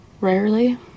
rarely